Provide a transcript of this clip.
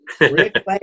Rick